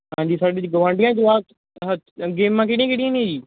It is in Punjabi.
ਹਾਂਜੀ ਸਾਡੇ ਜੀ ਗਵਾਂਢੀਆਂ ਦੇ ਜਵਾਕ ਗੇਮਾਂ ਕਿਹੜੀਆਂ ਕਿਹੜੀਆਂ ਨੇ ਜੀ